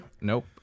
Nope